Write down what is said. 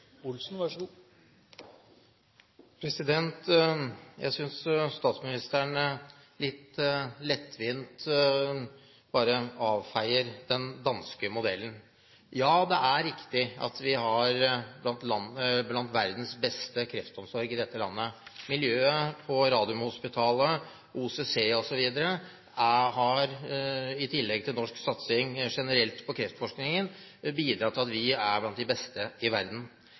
Jeg synes statsministeren litt lettvint bare avfeier den danske modellen. Ja, det er riktig at vi er blant verdens beste land på kreftomsorg. Miljøet på Radiumhospitalet, OCC osv. har i tillegg til norsk satsing på kreftforskning generelt bidratt til at vi er blant de beste i verden.